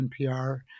NPR